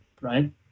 right